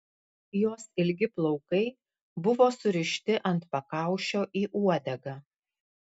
jos ilgi plaukai buvo surišti ant pakaušio į uodegą